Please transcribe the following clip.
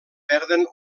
perden